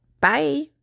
Bye